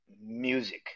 music